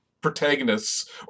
protagonists